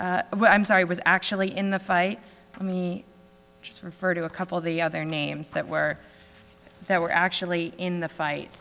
i'm sorry was actually in the fight for me just refer to a couple of the other names that were that were actually in the fight